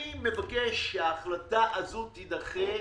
אני מבקש שההחלטה הזאת תידחה.